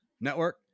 Network